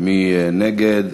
ומי נגד.